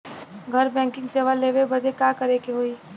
घर बैकिंग सेवा लेवे बदे का करे के होई?